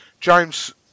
James